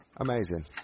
Amazing